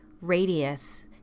radius